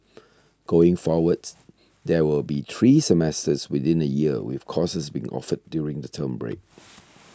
going forwards there will be three semesters within a year with courses being offered during the term break